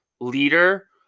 leader